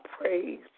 praise